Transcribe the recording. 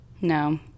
No